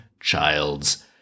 child's